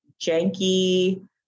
janky